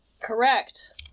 Correct